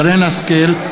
שרן השכל,